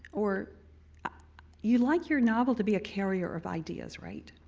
or you like your novel to be a carrier of ideas, right?